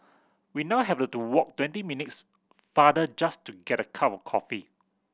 we now have to walk twenty minutes farther just to get a cup of coffee